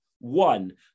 One